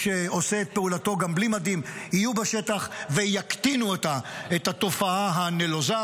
שעושה את פעולתו גם בלי מדים יהיו בשטח ויקטינו את התופעה הנלוזה.